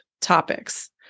topics